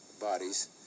bodies